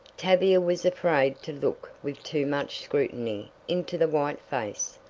tavia was afraid to look with too much scrutiny into the white face,